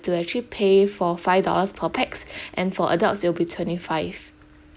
to actually pay for five dollars per pax and for adults it'll be twenty five